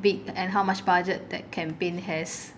big and how much budget that campaign has